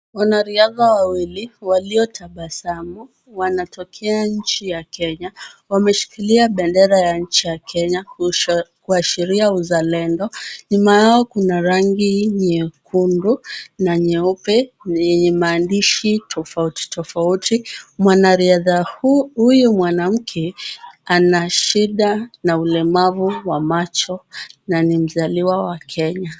Wanariadha wawili waliotabasamu wanatokea nchi ya Kenya. Wameshikilia bendera ya nchi ya Kenya kuashiria uzalendo. Nyuma yao kuna rangi nyekundu na nyeupe yenye maandishi tofautitofauti. Mwanariadha huyu mwanamke ana shida na ulemavu wa macho na ni mzaliwa wa Kenya.